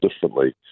differently